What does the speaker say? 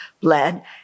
bled